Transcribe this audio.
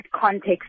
context